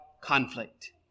conflict